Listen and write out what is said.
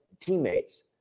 teammates